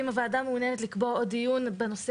אם הוועדה מעוניינת לקבוע עוד דיון בנושא